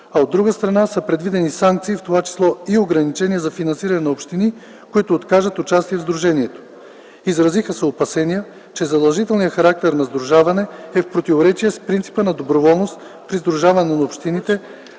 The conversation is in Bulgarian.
От друга страна, са предвидени санкции, в това число и ограничения за финансиране на общини, които откажат участие в сдружението. Изразиха се опасения, че задължителният характер на сдружаване е в противоречие с принципа на доброволност при сдружаването на общините,